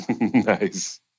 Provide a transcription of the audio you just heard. Nice